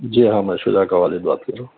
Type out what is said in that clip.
جی ہاں میں شجاع کا والد بات کر رہا ہوں